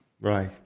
right